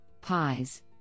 pies